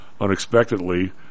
unexpectedly